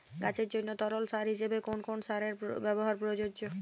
গাছের জন্য তরল সার হিসেবে কোন কোন সারের ব্যাবহার প্রযোজ্য?